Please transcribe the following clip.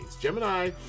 Gemini